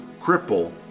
cripple